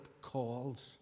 calls